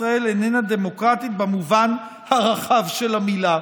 ישראל איננה דמוקרטית במובן הרחב של המילה.